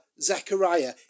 Zechariah